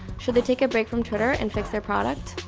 should they take a break from twitter and fix their product?